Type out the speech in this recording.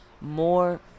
more